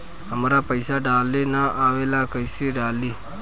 हमरा पईसा डाले ना आवेला कइसे डाली?